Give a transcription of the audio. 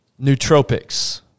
Nootropics